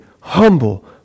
humble